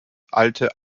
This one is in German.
alte